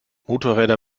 motorräder